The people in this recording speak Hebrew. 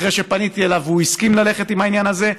אחרי שפניתי אליו והוא הסכים ללכת עם העניין הזה,